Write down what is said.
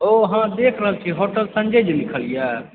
ओऽ हँ देखि रहल छियै होटल संजय जे लिखल यऽ